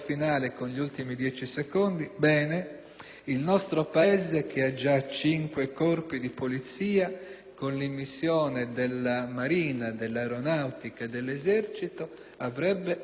il nostro Paese, che ha già cinque corpi di polizia, con l'immissione della Marina, dell'Aeronautica e dell'Esercito, avrebbe otto corpi di polizia e questo avverrebbe